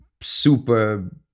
Super